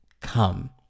Come